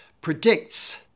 predicts